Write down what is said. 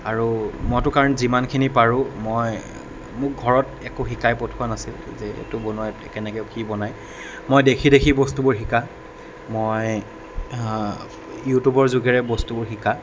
আৰু মইতো কাৰণ যিমানখিনি পাৰোঁ মই মোক ঘৰত একো শিকাই পঠোৱা নাছিল যে এইটো বনোৱা কেনেকৈ কি বনায় মই দেখি দেখি বস্তুবোৰ শিকা মই ইউটিউবৰ যোগেৰে বস্তুবোৰ শিকা